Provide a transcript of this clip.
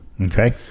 okay